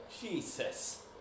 Jesus